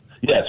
Yes